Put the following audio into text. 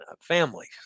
families